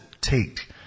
take